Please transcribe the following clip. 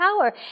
power